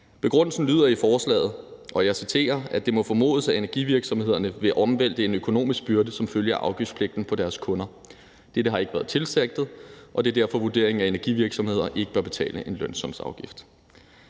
Begrundelsen lyder i forslaget, og jeg citerer: »Det må formodes, at energivirksomhederne vil overvælte en økonomisk byrde som følge af afgiftspligten vedrørende aktiviteterne med indefrysningsordningen på deres kunder. Dette har ikke været tilsigtet, og det er derfor vurderingen, at energivirksomhederne ikke bør betale lønsumsafgift«.